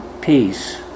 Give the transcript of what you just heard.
peace